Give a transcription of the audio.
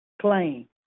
claim